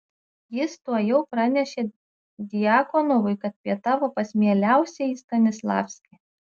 jis tuojau pranešė djakonovui kad pietavo pas mieliausiąjį stanislavskį